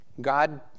God